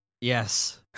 Yes